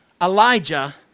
Elijah